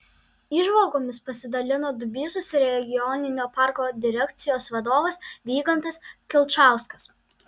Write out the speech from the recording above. įžvalgomis pasidalino dubysos regioninio parko direkcijos vadovas vygantas kilčauskas